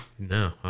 No